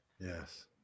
Yes